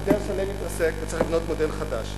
מודל שלם מתרסק וצריך להיות מודל חדש.